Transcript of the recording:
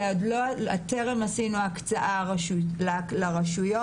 טרם עשינו הקצאה לרשויות.